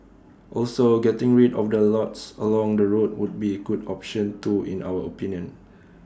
also getting rid of the lots along the roads would be good option too in our opinion